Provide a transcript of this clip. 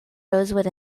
rosewood